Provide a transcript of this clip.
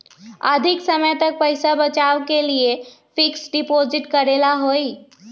अधिक समय तक पईसा बचाव के लिए फिक्स डिपॉजिट करेला होयई?